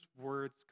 words